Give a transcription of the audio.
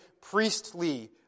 priestly